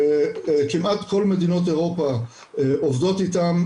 שכמעט כל מדינות אירופה עובדות איתם.